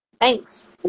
Thanks